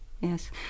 yes